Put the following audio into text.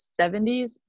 70s